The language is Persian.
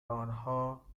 آنها